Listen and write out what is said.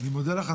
אני מודה לך,